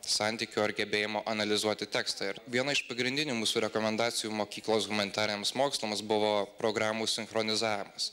santykio ar gebėjimo analizuoti tekstą ir viena iš pagrindinių mūsų rekomendacijų mokyklos humanitariniams mokslams buvo programų sinchronizavimas